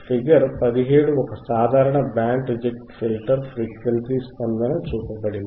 figure 17 ఒక సాధారణ band reject filter frequency స్పందన చూపబడింది